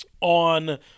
on